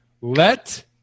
let